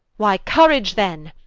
why courage then,